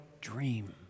dream